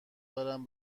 دارم